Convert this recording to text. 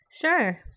Sure